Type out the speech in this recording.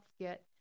get